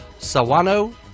Sawano